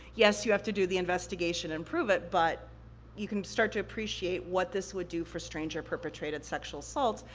yes you have to do the investigation and prove it, but you can start to appreciate what this would do for stranger-perpetrated sexual assaults,